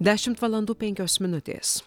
dešimt valandų penkios minutės